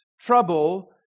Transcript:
Trouble